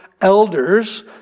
elders